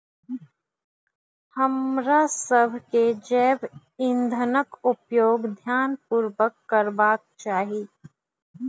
हमरासभ के जैव ईंधनक उपयोग ध्यान पूर्वक करबाक चाही